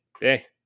hey